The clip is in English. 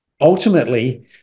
ultimately